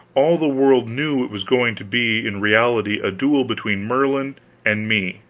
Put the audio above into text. all the world knew it was going to be in reality a duel between merlin and me,